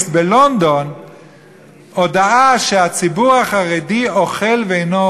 ש-50% מעובדי המגזר הציבורי נותנים 50% מהפריון,